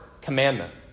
commandment